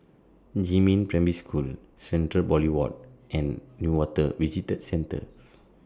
Jiemin Primary School Central Boulevard and Newater Visitor Centre